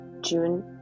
June